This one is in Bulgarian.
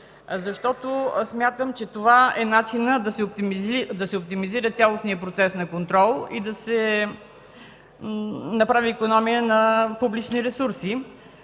защото смятам, че това е начинът да се оптимизира цялостният процес на контрол и да се направи икономия на публични ресурси,